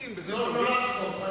צודקים בזה, רק לשאול.